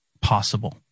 possible